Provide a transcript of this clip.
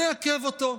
מעכב אותו,